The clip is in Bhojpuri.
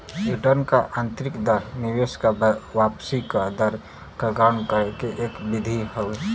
रिटर्न क आंतरिक दर निवेश क वापसी क दर क गणना करे के एक विधि हौ